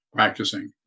practicing